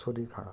শরীর খারাপ